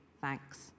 thanks